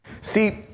See